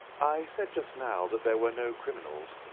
i said just now that there were no criminals.